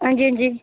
अंजी अंजी